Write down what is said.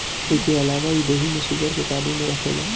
इके अलावा इ देहि में शुगर के काबू में रखेला